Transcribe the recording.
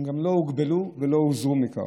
הם גם לא הוגבלו ולא הוזהרו מכך.